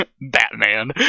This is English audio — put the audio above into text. Batman